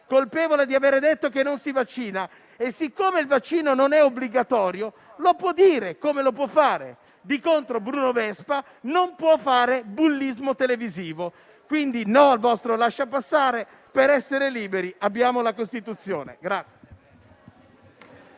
colpevole di avere detto che non si vaccina e, siccome il vaccino non è obbligatorio, lo può dire, come lo può fare. Di contro, Bruno Vespa non può fare bullismo televisivo. Quindi, dico no al vostro lasciapassare. Per essere liberi abbiamo la Costituzione.